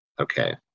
okay